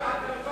לעשות